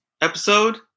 episode